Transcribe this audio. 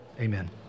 Amen